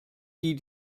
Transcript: die